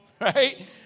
Right